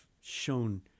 shown